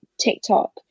TikTok